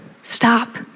Stop